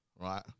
right